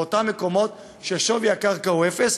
באותם מקומות ששווי הקרקע שם הוא אפס,